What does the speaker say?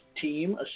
team